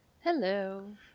Hello